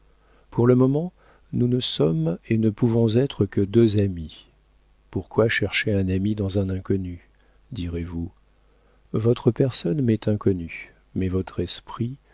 pour le moment nous ne sommes et ne pouvons être que deux amis pourquoi chercher un ami dans un inconnu direz-vous votre personne m'est inconnue mais votre esprit